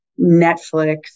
Netflix